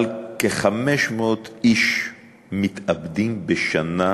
אבל כ-500 איש מתאבדים בשנה,